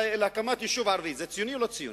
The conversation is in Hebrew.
להקמת יישוב ערבי זה ציוני או לא ציוני?